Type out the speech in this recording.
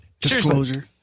Disclosure